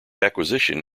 acquisition